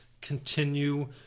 continue